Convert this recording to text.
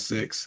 Six